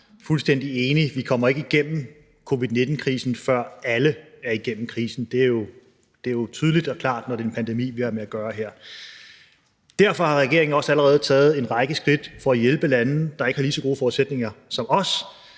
kort fuldstændig enig i, at vi ikke kommer igennem covid-19-krisen, før alle er igennem krisen – det er jo tydeligt og klart, når det er en pandemi, vi har med at gøre her. Derfor har regeringen også allerede taget en række skridt for at hjælpe lande, der ikke har lige så gode forudsætninger som os